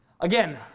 Again